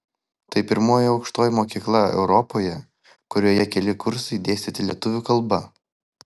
tai pirmoji aukštoji mokykla europoje kurioje keli kursai dėstyti lietuvių kalba